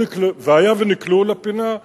והיה ונקלעו לפינה,